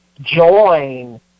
join